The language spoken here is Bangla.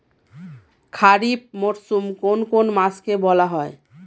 খারিফ মরশুম কোন কোন মাসকে বলা হয়?